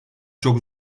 çok